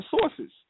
sources